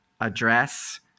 Address